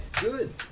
Good